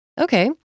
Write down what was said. Okay